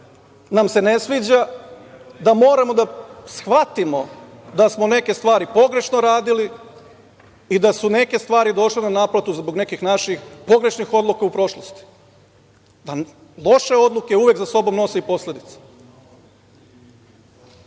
nam se ne sviđa, da moramo da shvatimo da smo neke stvari pogrešno radili i da su neke stvari došle na naplatu zbog nekih naših pogrešnih odluka u prošlosti. Loše odluke za sobom uvek nose i